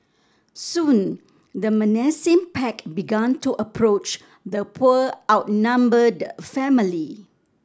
soon the menacing pack began to approach the poor outnumbered family